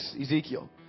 Ezekiel